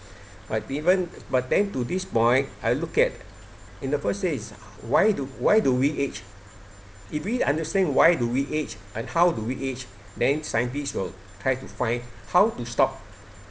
but even but then to this point I look at in the first place why do why do we age if we understand why do we age and how do we age then scientist will try to find how to stop